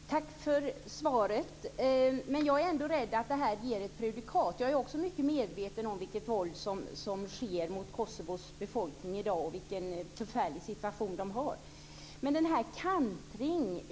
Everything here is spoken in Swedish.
Fru talman! Tack för svaret. Men jag är ändå rädd att det här ger ett prejudikat. Jag är också mycket medveten om det våld som sker mot Kosovos befolkning i dag och om den besvärliga situation de har. Men denna kantring